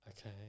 Okay